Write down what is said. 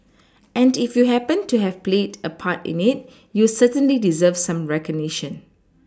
and if you happened to have played a part in it you certainly deserve some recognition